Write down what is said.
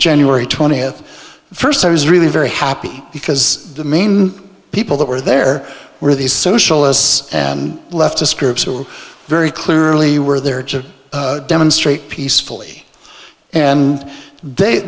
january twentieth first i was really very happy because the main people that were there were these socialists and leftist groups or very clearly were there to demonstrate peacefully and